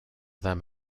them